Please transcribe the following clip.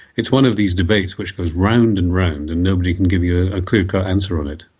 it's one of these debates which goes round and round and nobody can give you a ah clear cut answer on it,